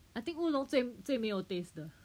I think 乌龙最最没有 taste 的